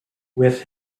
with